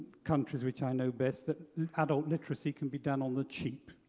countries which i know best that adult literacy can be done on the cheap.